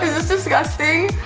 this disgusting?